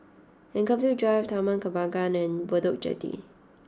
Anchorvale Drive Taman Kembangan and Bedok Jetty